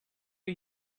are